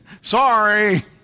Sorry